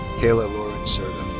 kayla lorean cerda.